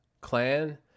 Clan